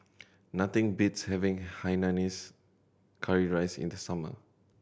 nothing beats having hainanese curry rice in the summer